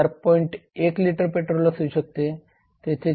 1 litre petrol असू शकते तेथे 4